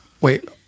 Wait